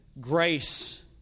grace